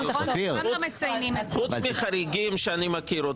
חוץ מחריגים שאני מכיר,